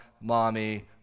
mommy